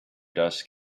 dust